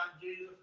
jesus